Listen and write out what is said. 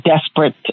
desperate